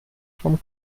vom